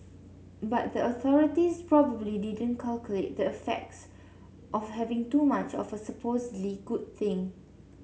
but the authorities probably didn't calculate the effects of having too much of a supposedly good thing